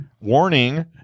warning